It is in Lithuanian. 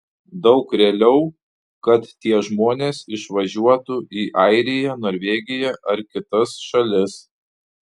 daug realiau kad tie žmonės išvažiuotų į airiją norvegiją ar kitas šalis